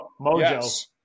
Mojo